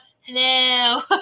hello